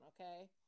Okay